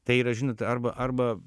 tai yra žinot arba arba